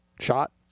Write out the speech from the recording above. shot